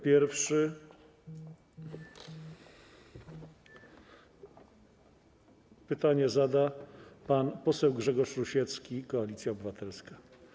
Pierwszy pytanie zada pan poseł Grzegorz Rusiecki, Koalicja Obywatelska.